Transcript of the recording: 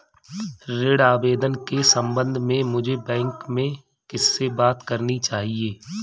ऋण आवेदन के संबंध में मुझे बैंक में किससे बात करनी चाहिए?